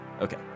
Okay